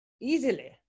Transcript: easily